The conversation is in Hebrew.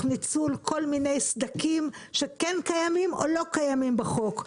ניצול כל מיני סדקים שכן קיימים או לא קיימים בחוק.